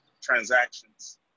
transactions